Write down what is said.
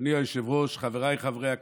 אדוני היושב-ראש, חבריי חברי הכנסת,